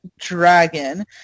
dragon